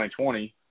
2020